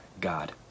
God